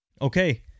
Okay